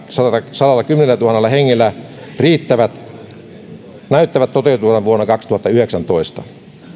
sadallakymmenellätuhannella hengellä näyttävät toteutuvan vuonna kaksituhattayhdeksäntoista